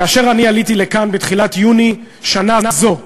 כאשר אני עליתי לכאן בתחילת יוני שנה זו,